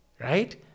Right